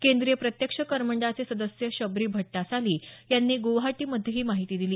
केंद्रीय प्रत्यक्ष कर मंडळाचे सदस्य शबरी भट्टासाली यांनी गुवाहाटीमध्ये ही माहिती दिली